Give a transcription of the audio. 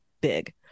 big